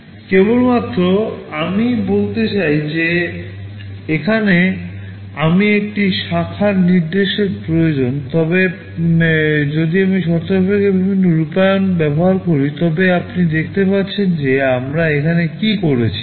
কেবলমাত্র আমিই বলতে চাই যে এখানে আমি একটি শাখার নির্দেশের প্রয়োজন তবে যদি আমি শর্তসাপেক্ষে বিভিন্ন রূপায়ণ ব্যবহার করি তবে আপনি দেখতে পাচ্ছেন যে আমরা এখানে কী করেছি